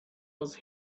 was